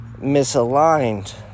misaligned